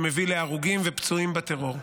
שמביא להרוגים ופצועים בטרור.